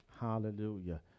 hallelujah